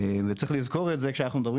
צריך לזכור את זה גם כשאנחנו מדברים